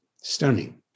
stunning